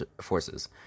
forces